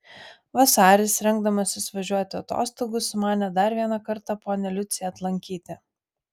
vasaris rengdamasis važiuoti atostogų sumanė dar vieną kartą ponią liuciją atlankyti